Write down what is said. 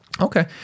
Okay